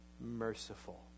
merciful